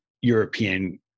European